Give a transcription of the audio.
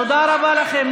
תודה רבה לכם.